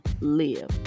live